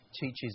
teaches